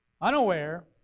unaware